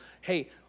hey